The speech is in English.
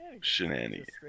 Shenanigans